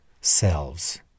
selves